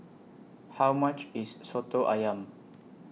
How much IS Soto Ayam